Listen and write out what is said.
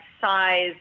size